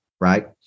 Right